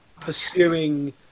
pursuing